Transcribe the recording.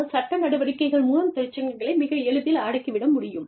ஆனால் சட்ட நடவடிக்கைகள் மூலம் தொழிற்சங்கங்களை மிக எளிதில் அடக்கி விட முடியும்